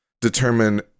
determine